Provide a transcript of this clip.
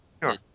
Sure